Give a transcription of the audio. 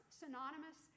synonymous